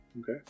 Okay